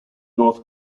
north